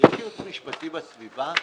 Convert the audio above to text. יש ייעוץ משפטי בסביבה?